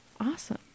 awesome